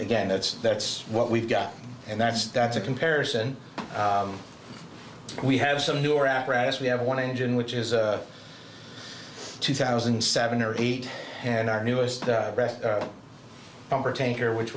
again that's that's what we've got and that's that's a comparison we have some newer apparatus we have one engine which is a two thousand and seven or eight and our newest number tanker which